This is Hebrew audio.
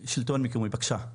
בבקשה.